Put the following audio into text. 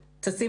תודה.